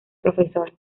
profesor